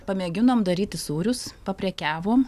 pamėginom daryti sūrius paprekiavom